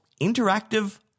interactive